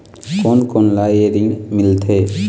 कोन कोन ला ये ऋण मिलथे?